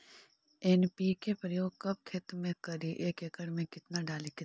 NPK प्रयोग कब खेत मे करि एक एकड़ मे कितना डाली?